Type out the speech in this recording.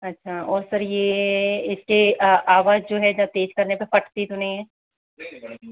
अच्छा और सर ये इसके आ आवाज जो है तेज़ करने पर फटती तो नहीं है